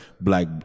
Black